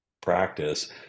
practice